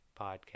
podcast